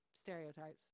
stereotypes